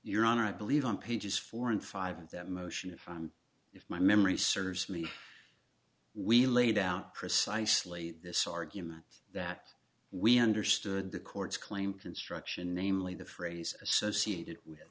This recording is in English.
your honor i believe on pages four and five and that motion if my memory serves me we laid out precisely this argument that we understood the court's claim construction namely the phrase associated with